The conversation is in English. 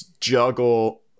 juggle